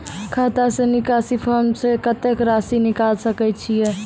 खाता से निकासी फॉर्म से कत्तेक रासि निकाल सकै छिये?